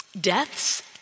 deaths